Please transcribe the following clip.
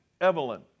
Evelyn